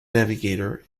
navigator